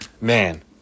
Man